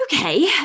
Okay